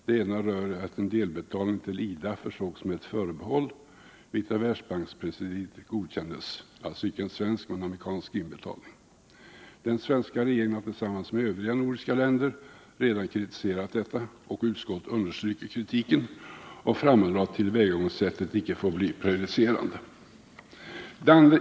Det ena rör att en delbetalning till IDA försågs med ett förbehåll, vilket av Världsbankspresidiet godkändes. Det gällde inte en svensk utan en amerikansk inbetalning. Den svenska regeringen har tillsammans med övriga nordiska länder redan kritiserat detta förfarande. Utskottet understryker nu kritiken och framhåller att tillvägagångssättet icke får bli prejudicerande.